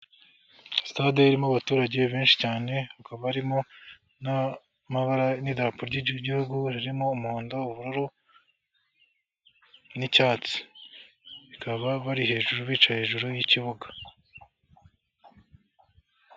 Sitade irimo abaturage benshi cyane bakaba barimo n'amabara n'idarapo ry'igihugu ririmo umuhondo ubururu, n'icyatsi. Bakaba bari hejuru bicaye hejuru y'ikibuga.